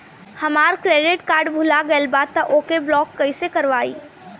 हमार credit card भुला गएल बा त ओके ब्लॉक कइसे करवाई?